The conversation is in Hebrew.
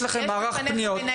יש לכם מערך פניות,